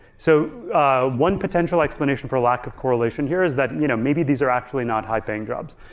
so one potential explanation for lack of correlation here is that you know maybe these are actually not high paying jobs.